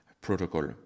protocol